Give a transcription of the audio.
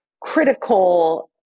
critical